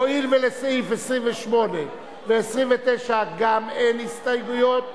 הואיל ולסעיף 28 ו-29 גם אין הסתייגויות,